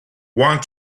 want